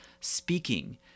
speaking